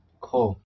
Cool